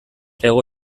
hego